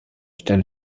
stelle